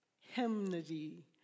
hymnody